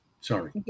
Sorry